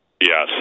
Yes